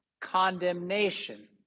condemnation